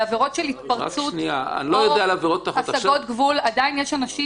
בעבירות של התפרצות או השגות גבול עדיין יש אנשים